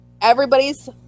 Everybody's